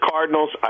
Cardinals